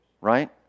Right